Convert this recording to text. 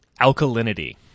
alkalinity